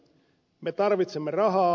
me tarvitsemme rahaa